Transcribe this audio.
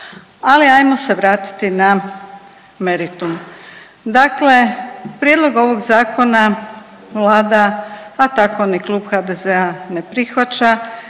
Ali ajmo se vratiti na meritum. Dakle, prijedlog ovog zakona Vlada pa tako ni Klub HDZ-a ne prihvaća